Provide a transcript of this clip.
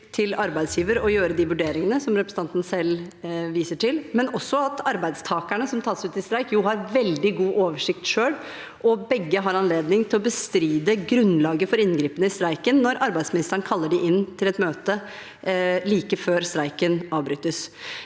til arbeidsgiver å gjøre de vurderingene som representanten selv viser til, men også fordi arbeidstakerne som tas ut i streik, jo har veldig god oversikt selv. Og begge har anledning til å bestride grunnlaget for inngripen i streiken når arbeidsministeren kaller dem inn til et møte like før streiken avbrytes.